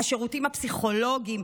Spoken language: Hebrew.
השירותים הפסיכולוגיים,